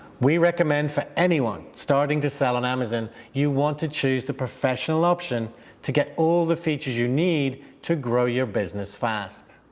we recommend for anyone starting to sell on amazon you want to choose the professional option to get all the features you need to grow your business fast.